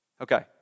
Okay